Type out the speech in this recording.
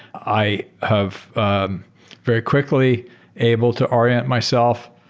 i have very quickly able to orient myself,